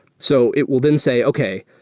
so it will then say, okay,